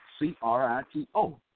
C-R-I-T-O